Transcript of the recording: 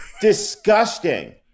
Disgusting